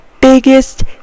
biggest